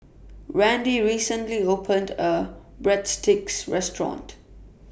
Rand recently opened A Breadsticks Restaurant